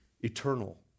eternal